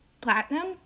platinum